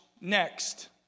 next